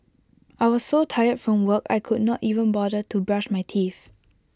I was so tired from work I could not even bother to brush my teeth